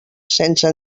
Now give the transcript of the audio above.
sense